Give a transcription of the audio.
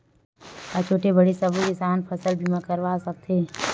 का छोटे बड़े सबो किसान फसल बीमा करवा सकथे?